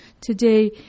today